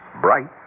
bright